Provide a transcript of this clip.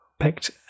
picked